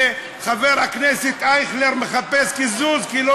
חבר הכנסת אייכלר מחפש קיזוז כי הוא לא